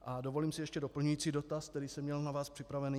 A dovolím si ještě doplňující dotaz, který jsem měl na vás připravený.